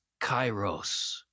kairos